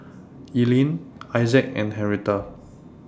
Elian Issac and Henretta